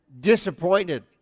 disappointed